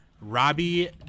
Robbie